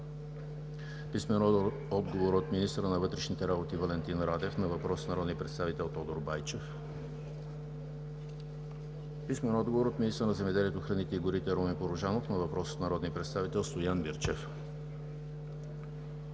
Кирилов; - министъра на вътрешните работи Валентин Радев на въпрос от народния представител Тодор Байчев; - министъра на земеделието, храните и горите Румен Порожанов на въпрос от народния представител Стоян Мирчев;